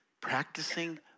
practicing